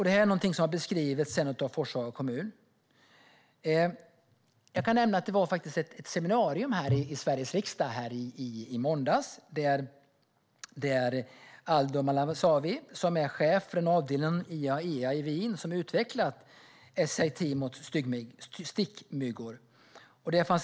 Det har sedan beskrivits av Forshaga kommun. Det var faktiskt ett seminarium här i Sveriges riksdag i måndags med Aldo Malavasi, som är chef för en avdelning inom IAEA i Wien som har utvecklat SIT mot stickmyggor.